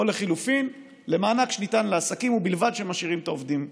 או לחלופין למענק שניתן לעסקים ובלבד שהם משאירים את העובדים כעובדים.